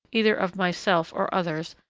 either of myself or others,